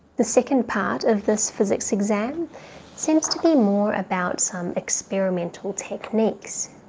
the second part of this physics exam seems to be more about some experimental techniques.